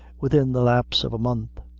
within the lapse of a month.